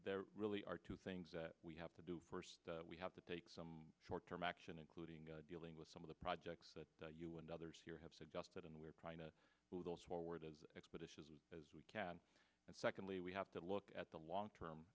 there really are two things that we have to do we have to take some short term action including dealing with some of the projects that you and others here have suggested and we're trying to move those forward as expeditiously as we can and secondly we have to look at the long term